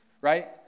Right